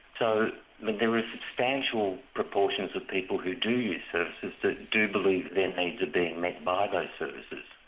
so there are substantial proportions of people who do use services that do believe their needs are being met by those services.